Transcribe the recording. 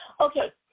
Okay